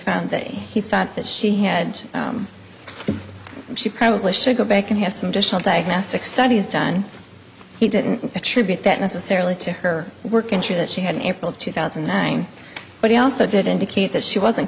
found that he thought that she had and she probably should go back and have some additional diagnostic studies done he didn't attribute that necessarily to her work and sure that she had an april two thousand and nine but he also did indicate that she wasn't